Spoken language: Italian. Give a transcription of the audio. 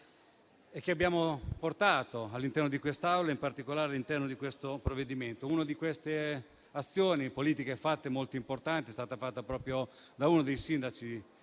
e che abbiamo portato all'interno di quest'Aula, in particolare all'interno di questo provvedimento. Un'azione politica molto importante è stata fatta proprio da uno dei sindaci